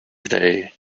day